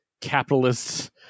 capitalists